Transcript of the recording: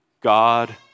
God